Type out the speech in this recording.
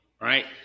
right